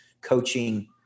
coaching